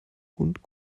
hund